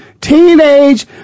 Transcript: teenage